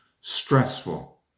stressful